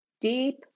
Deep